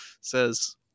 says